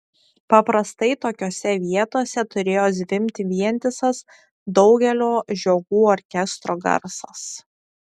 paprastai tokiose vietose turėjo zvimbti vientisas daugelio žiogų orkestro garsas